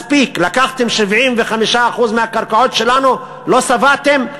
מספיק, לקחתם 75% מהקרקעות שלנו, לא שבעתם?